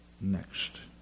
next